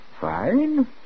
fine